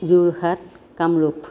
Jorhat Kamrup